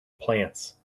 plants